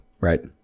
right